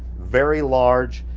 very large,